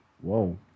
Whoa